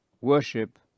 worship